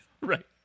right